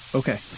okay